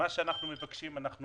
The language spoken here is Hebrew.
מה שאנחנו מבקשים, אנחנו